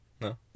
No